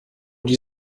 die